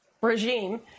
regime